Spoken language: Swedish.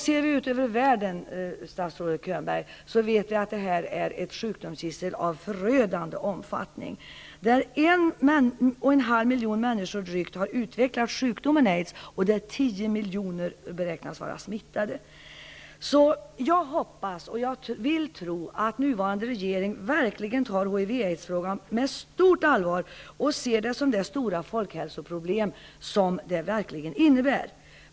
Ser vi ut över världen, statsrådet Könberg, finner vi att det här är ett sjukdomsgissel av förödande omfattning. Drygt en och en halv miljon människor har utvecklat sjukdomen aids, och 10 miljoner beräknas vara smittade. Jag hoppas och vill tro att nuvarande regering verkligen tar HIV/aids-frågan på stort allvar och ser sjukdomen som det stora folkhälsoproblem som den verkligen innebär.